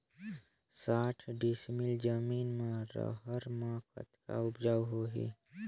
साठ डिसमिल जमीन म रहर म कतका उपजाऊ होही?